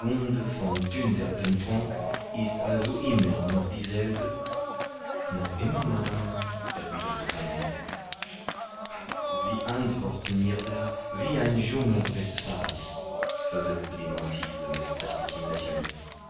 ist also noch immer dieselbe noch immer madame erwiderte kandid sie antworten mir da wie ein junger westfale versetzte die marquise mit zärtlichem lächeln